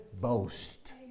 boast